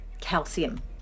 calcium